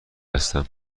هستم